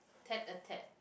tad a tad